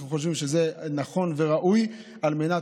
אנחנו חושבים שזה נכון וראוי על מנת